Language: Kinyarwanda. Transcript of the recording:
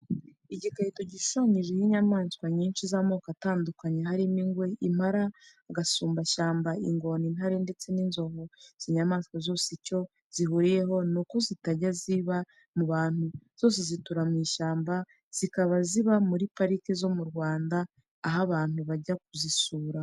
Igikarito gishushanyijeho inyamanswa nyinshi z'amoko atandukanye, harimo ingwe, impara, agasumbashyamba, ingona, intare, ndetse n'inzovu, izi nyamanswa zose icyo zihuriyeho n'uko zitajaya ziba mu bantu. Zose zitura mu ishyamba. Zikaba ziba muri parike zo mu Rwanda aho abantu bajya kuzisura.